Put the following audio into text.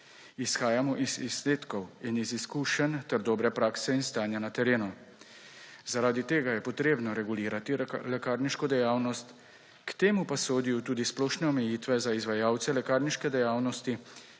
Izhajamo iz izsledkov in izkušenj ter dobre prakse in stanja na terenu. Zaradi tega je potrebno regulirati lekarniško dejavnost, k temu pa sodijo tudi splošne omejitve za izvajalce lekarniške dejavnosti,